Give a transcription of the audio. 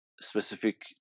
specific